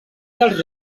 dels